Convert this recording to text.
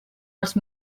els